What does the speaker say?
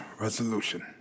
Resolution